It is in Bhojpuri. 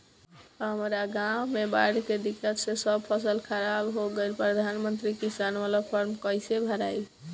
हमरा गांव मे बॉढ़ के दिक्कत से सब फसल खराब हो गईल प्रधानमंत्री किसान बाला फर्म कैसे भड़ाई?